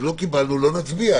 לא קיבלנו לא נצביע.